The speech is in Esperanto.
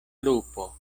lupo